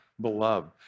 beloved